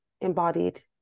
embodied